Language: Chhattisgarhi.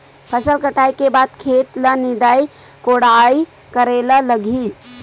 फसल कटाई के बाद खेत ल निंदाई कोडाई करेला लगही?